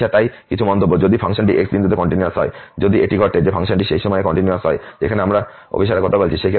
আচ্ছা তাই কিছু মন্তব্য যদি ফাংশনটি x বিন্দুতে কন্টিনিউয়াস হয় যদি এটি ঘটে যে ফাংশনটি সেই সময়ে কন্টিনিউয়াস হয় যেখানে আমরা অভিসারের কথা বলছি